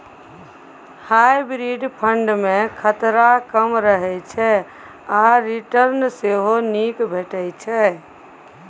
hybrid fund मे खतरा कम रहय छै आ रिटर्न सेहो नीक भेटै छै